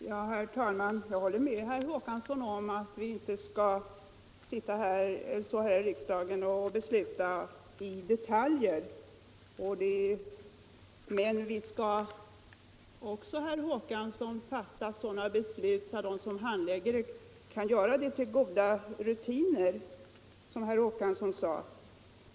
Herr talman! Jag håller med herr Håkansson i Trelleborg om att vi inte skall sitta här i riksdagen och besluta i detalj. Men vi skall fatta sådana beslut, herr Håkansson, att de som handlägger ärendena kan göra det i enlighet med goda rutiner — som herr Håkansson sade.